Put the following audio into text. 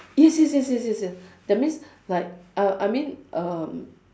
yes yes yes yes yes yes that means like I I mean um